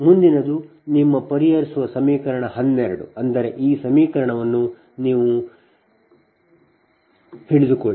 ಮುಂದಿನದು ನಿಮ್ಮ ಪರಿಹರಿಸುವ ಸಮೀಕರಣ 12 ಅಂದರೆ ಈ ಸಮೀಕರಣವನ್ನು ಹಿಡಿದುಕೊಳ್ಳಿ